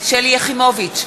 שלי יחימוביץ,